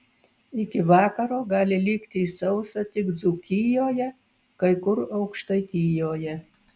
iki vakaro gali likti sausa tik dzūkijoje kai kur aukštaitijoje